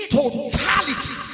totality